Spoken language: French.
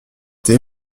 t’es